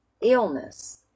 illness